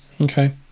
Okay